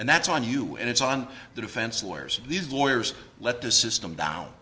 and that's on you and it's on the defense lawyers these lawyers let the system down